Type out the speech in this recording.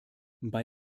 bei